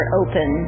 open